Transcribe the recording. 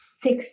six